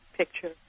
Picture